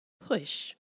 PUSH